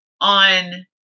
on